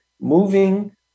moving